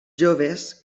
joves